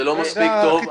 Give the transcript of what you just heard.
זה לא מספיק טוב.